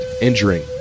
injuring